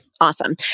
Awesome